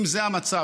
אם זה המצב,